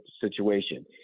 situation